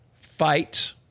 Fight